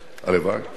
הלוואי, שיהיה יותר.